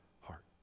heart